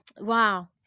Wow